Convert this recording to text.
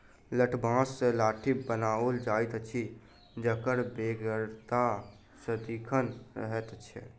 लठबाँस सॅ लाठी बनाओल जाइत अछि जकर बेगरता सदिखन रहैत छै